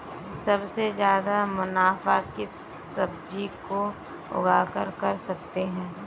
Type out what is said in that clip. सबसे ज्यादा मुनाफा किस सब्जी को उगाकर कर सकते हैं?